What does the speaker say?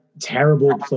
terrible